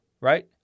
right